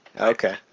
Okay